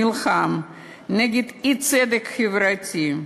נלחם נגד אי-צדק חברתי.